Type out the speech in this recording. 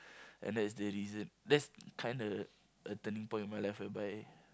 and that is the reason that's kinda a turning point in my life whereby